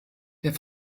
der